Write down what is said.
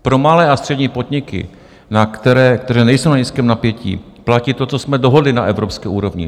Pro malé a střední podniky, které nejsou na nízkém napětí, platí to, co jsme dohodli na evropské úrovni.